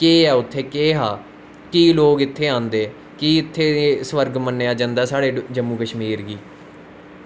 केह् ऐ उत्थें केह् हा कि लोग इत्थें आंदे कि इत्थें गी स्वर्ग मन्नेआं जंदा साढ़े जम्मू कश्मीर गी